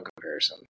comparison